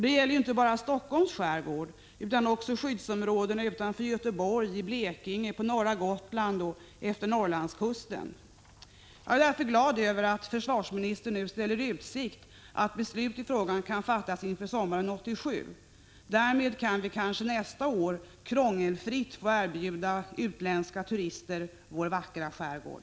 Det gäller inte bara Helsingforss skärgård utan också skyddsområden utanför Göteborg, i Blekinge, på norra Gotland och efter Norrlandskusten. Jag är därför glad över att försvarsministern nu ställer i utsikt att beslut i frågan kan fattas inför sommaren 1987. Därmed kan vi kanske nästa år krångelfritt få erbjuda utländska turister vår vackra skärgård.